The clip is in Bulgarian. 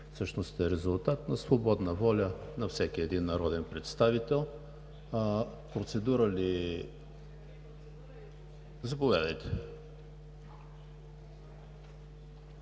всъщност е резултат на свободната воля на всеки един народен представител. Процедура ли? ДЖЕМА